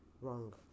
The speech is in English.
wrong